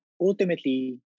ultimately